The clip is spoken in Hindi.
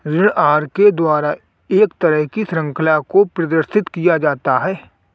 ऋण आहार के द्वारा एक तरह की शृंखला को प्रदर्शित किया जाता है